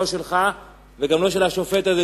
לא שלך וגם לא של השופט הזה,